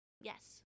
Yes